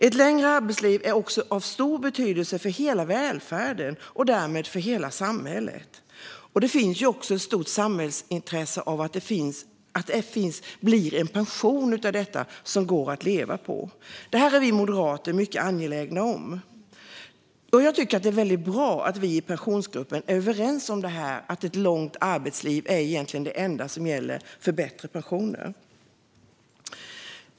Ett längre arbetsliv är också av stor betydelse för hela välfärden och därmed för hela samhället. Det finns också ett stort samhällsintresse av att människor får en pension som går att leva på. Detta är vi moderater mycket angelägna om. Jag tycker att det är väldigt bra att vi i Pensionsgruppen är överens om att ett långt arbetsliv egentligen är det enda som gäller för bättre pensioner.